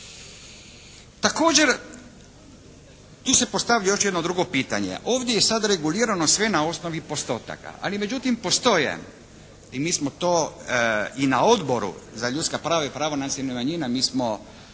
Također tu se postavlja još jedno drugo pitanje. Ovdje je sada regulirano sve na osnovi postotaka, ali međutim postoje i mi smo to i na Odboru za ljudska prava i prava nacionalnih manjina mi smo